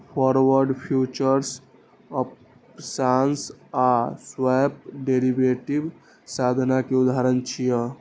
forward, futures, options आ swap derivative साधन के उदाहरण छियै